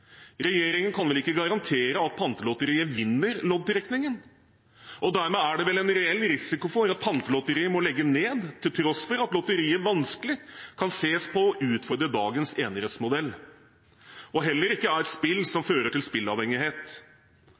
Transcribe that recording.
Regjeringen kan vel ikke garantere at Pantelotteriet vinner loddtrekningen, og dermed er det en reell risiko for at Pantelotteriet må legge ned, til tross for at lotteriet vanskelig kan sies å utfordre dagens enerettsmodell og heller ikke er et spill som fører til